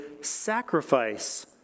sacrifice